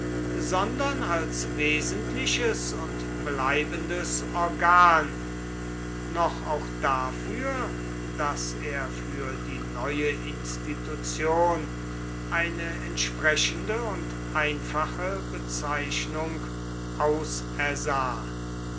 sondern als wesentliches und bleibendes organ noch auch dafür daß er für die neue institution eine entsprechende und einfache bezeichnung ausersah